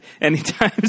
anytime